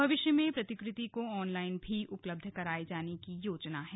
भविष्य में प्रतिकृति को ऑनलाइन भी उपलब्ध कराये जाने की योजना है